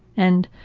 and,